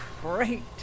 great